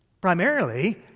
Primarily